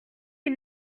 une